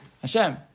Hashem